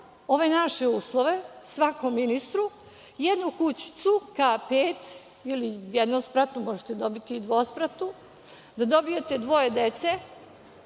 ove naše uslove, svakom ministru, jednu kućiću K-5 ili jednospratnu, možete dobiti i dvospratnu, da dobijete dvoje dece,